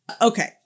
Okay